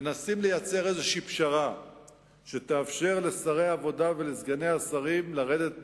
מנסים לייצר איזו פשרה שתאפשר לשרי העבודה ולסגני השרים לרדת מהעץ.